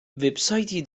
وبسایتی